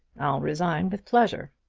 i'll resign, with pleasure!